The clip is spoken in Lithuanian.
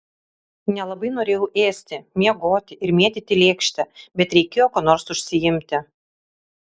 nelabai norėjau ėsti miegoti ir mėtyti lėkštę bet reikėjo kuo nors užsiimti